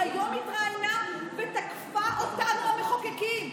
היא היום התראיינה ותקפה אותנו, המחוקקים.